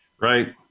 Right